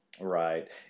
right